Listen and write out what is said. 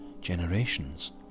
generations